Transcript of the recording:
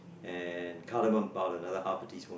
and Calimus powder another half teaspoon